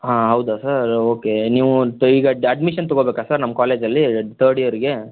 ಹಾಂ ಹೌದಾ sir okay ನೀವು ಈಗ ಡ್ಯಾ ಅಡ್ಮಿಶನ್ ತೊಗೋಬೇಕಾ ಸರ್ ನಮ್ಮ ಕಾಲೇಜಲ್ಲಿ ಥರ್ಡ್ ಇಯರ್ಗೆ